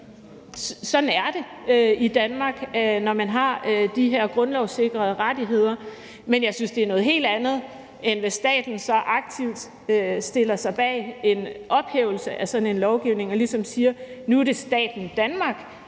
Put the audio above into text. sådan er det i Danmark, når man har de her grundlovssikrede rettigheder. Men jeg synes, det er noget helt andet, end hvis staten så aktivt stiller sig bag en ophævelse af sådan en lovgivning og ligesom siger, at nu er det staten Danmark,